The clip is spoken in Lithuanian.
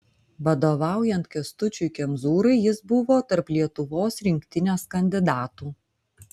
vadovaujant kęstučiui kemzūrai jis buvo tarp lietuvos rinktinės kandidatų